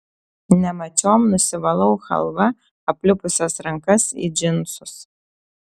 nemačiom nusivalau chalva aplipusias rankas į džinsus